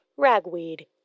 ragweed